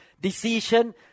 decision